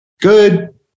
good